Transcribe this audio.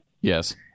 yes